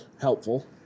helpful